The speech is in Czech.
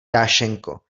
dášeňko